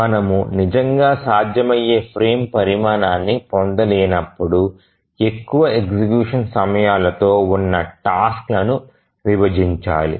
మనము నిజంగా సాధ్యమయ్యే ఫ్రేమ్ పరిమాణాన్ని పొందలేనప్పుడు ఎక్కువ ఎగ్జిక్యూషన్ సమయాలతో ఉన్న టాస్క్ లను విభజించాలి